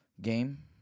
game